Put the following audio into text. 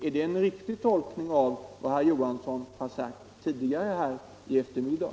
Är det en riktig tolkning av vad herr Johansson i Trollhättan har sagt tidigare i eftermiddag?